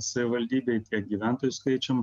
savivaldybei tiek gyventojų skaičium